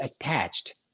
attached